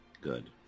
Good